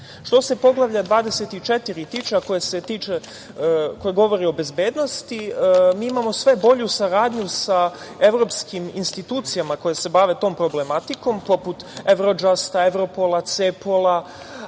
se Poglavlja 24 tiče, koje govori o bezbednosti mi imamo sve bolju saradnju sa evropskim institucijama koje se bave tom problematikom, poput Evrodžast-a, Evropol-a, CEPOL-a,